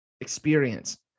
experience